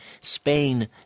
Spain